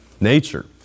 nature